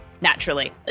naturally